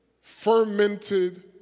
fermented